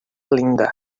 linda